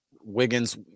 Wiggins